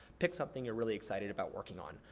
pick something you're really excited about working on.